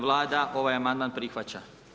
Vlada ovaj amandman prihvaća.